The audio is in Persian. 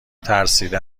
ترسیده